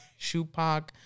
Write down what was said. Shupak